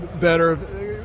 better